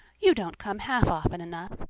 you don't come half often enough.